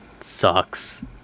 sucks